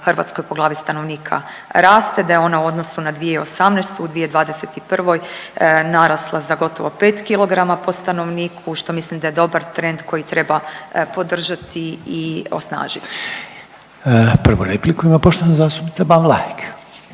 Hrvatskoj po glavi stanovnika raste, da je ona u odnosu na 2018. u 2021. narasla za gotovo pet kilograma po stanovniku što mislim da je dobar trend koji treba podržati i osnažiti. **Reiner, Željko (HDZ)** Prvu repliku